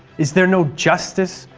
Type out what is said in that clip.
is there no justice,